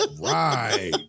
Right